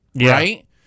Right